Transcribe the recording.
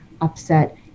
upset